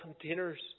containers